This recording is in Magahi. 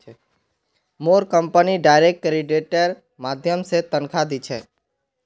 मोर कंपनी डायरेक्ट क्रेडिटेर माध्यम स तनख़ा दी छेक